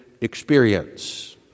experience